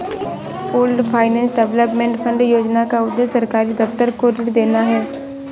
pooled finance development fund योजना का उद्देश्य सरकारी दफ्तर को ऋण देना है